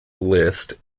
list